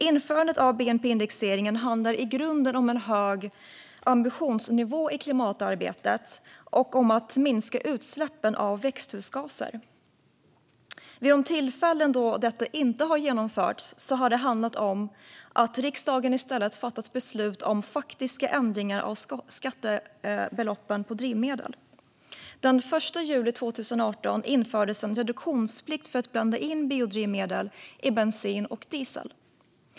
Införandet av bnp-indexeringen handlar i grunden om en hög ambitionsnivå i klimatarbetet och om att minska utsläppen av växthusgaser. Vid de tillfällen då detta inte har genomförts har det handlat om att riksdagen i stället har fattat beslutat om faktiska ändringar av skattebeloppen på drivmedel. Den 1 juli 2018 infördes en reduktionsplikt för att blanda in biodrivmedel i bensin och diesel.